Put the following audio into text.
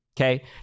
okay